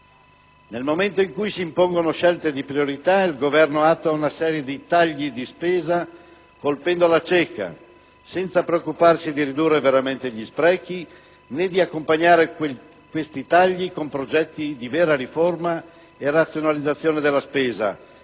Nel momento in cui si impongono scelte di priorità il Governo attua una serie di tagli di spesa, colpendo alla cieca, senza preoccuparsi di ridurre veramente gli sprechi né di accompagnare questi tagli con progetti di vera riforma e razionalizzazione della spesa,